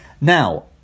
Now